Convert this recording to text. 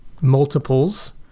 multiples